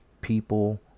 People